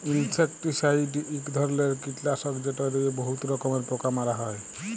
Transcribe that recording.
insecticide ইক ধরলের কিটলাসক যেট লিয়ে বহুত রকমের পোকা মারা হ্যয়